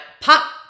pop